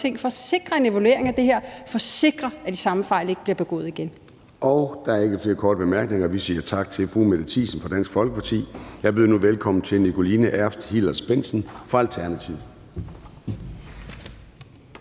at sikre en evaluering af det her, for at sikre, at de samme fejl ikke bliver begået igen. Kl. 13:28 Formanden (Søren Gade): Der er ikke flere korte bemærkninger. Vi siger tak til fru Mette Thiesen fra Dansk Folkeparti. Jeg byder nu velkommen til Nikoline Erbs Hillers-Bendtsen fra Alternativet.